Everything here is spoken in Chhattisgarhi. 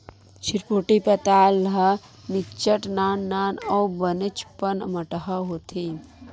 चिरपोटी पताल ह निच्चट नान नान अउ बनेचपन अम्मटहा होथे